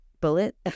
bullet